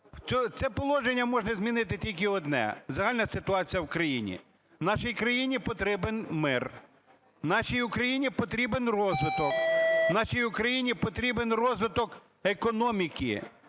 Це положення може змінити тільки одне – загальна ситуація в країні. Нашій країні потрібен мир, нашій Україні потрібен розвиток, нашій Україні потрібен розвиток економіки,